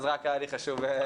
אז רק היה לי חשוב לתקן.